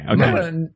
okay